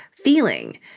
feeling